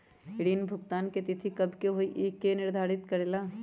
ऋण भुगतान की तिथि कव के होई इ के निर्धारित करेला?